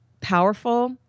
powerful